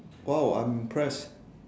!wow! I'm impressed